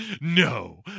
No